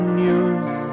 news